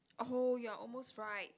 oh you're almost right